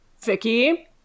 Vicky